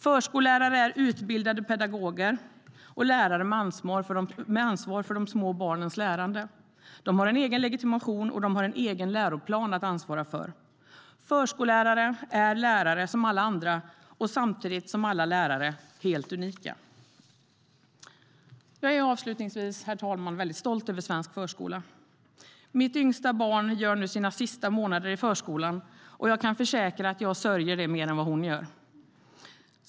Förskollärare är utbildade pedagoger och lärare med ansvar för de små barnens lärande. De har en egen legitimation, och de har en egen läroplan att ansvara för. Förskollärare är lärare som alla andra, och samtidigt är de som alla lärare helt unika. Herr talman! Jag är väldigt stolt över svensk förskola. Mitt yngsta barn gör nu sina sista månader i förskolan, och jag kan försäkra att jag sörjer det mer än hon gör.